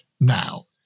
now